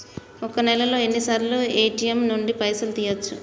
ఒక్క నెలలో ఎన్నిసార్లు ఏ.టి.ఎమ్ నుండి పైసలు తీయచ్చు?